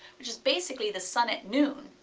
which is basically the sun at noon,